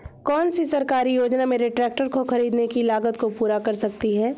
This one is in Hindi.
कौन सी सरकारी योजना मेरे ट्रैक्टर को ख़रीदने की लागत को पूरा कर सकती है?